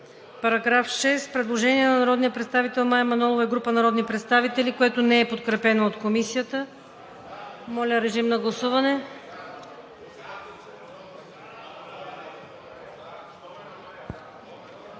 Параграф 6 – предложение на народния представител Мая Манолова и група народни представители, което не е подкрепено от Комисията. Моля, режим на гласуване.